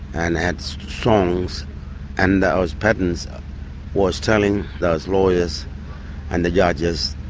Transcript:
and had songs and those patterns was telling those lawyers and the judges